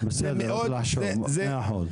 אוקיי, בסדר אז נחשוב, מאה אחוז.